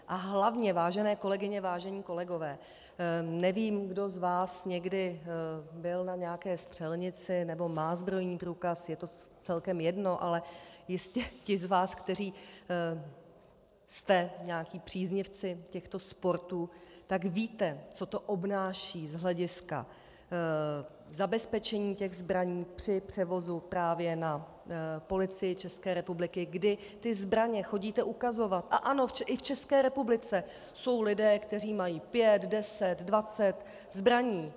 A hlavně, vážené kolegyně, vážení kolegové, nevím, kdo z vás někdy byl na nějaké střelnici nebo má zbrojní průkaz, je to celkem jedno, ale jistě ti z vás, kteří jste nějací příznivci těchto sportů, tak víte, co to obnáší z hlediska zabezpečení těch zbraní při převozu právě na Policii České republiky, kdy ty zbraně chodíte ukazovat, a ano, i v České republice jsou lidé, kteří mají pět, deset, dvacet zbraní.